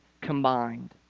combined